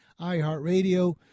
iHeartRadio